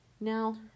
now